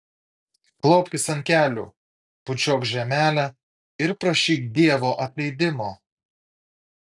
klaupkis ant kelių bučiuok žemelę ir prašyk dievo atleidimo